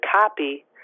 copy